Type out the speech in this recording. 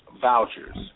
Vouchers